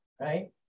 right